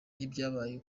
n’ibyabaye